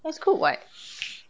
that's good [what]